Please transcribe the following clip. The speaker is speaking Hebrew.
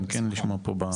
גם כן לשמוע פה.